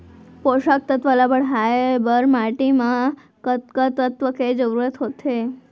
पोसक तत्व ला बढ़ाये बर माटी म कतका तत्व के जरूरत होथे?